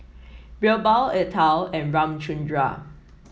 BirbaL Atal and Ramchundra